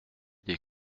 des